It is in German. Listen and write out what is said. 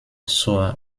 zur